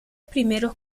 primeros